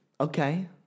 Okay